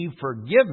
forgiveness